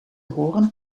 horen